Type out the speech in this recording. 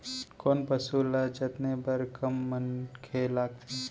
कोन पसु ल जतने बर कम मनखे लागथे?